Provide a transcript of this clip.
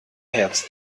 herz